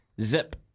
zip